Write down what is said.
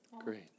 Great